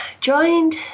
joined